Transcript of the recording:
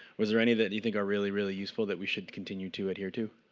was there any that you think are really, really useful that we should continue to adhere to?